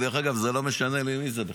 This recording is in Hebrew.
דרך אגב, זה לא משנה לי מי זה בכלל.